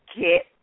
Get